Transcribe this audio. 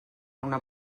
una